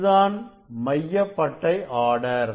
இதுதான் மைய பட்டை ஆர்டர்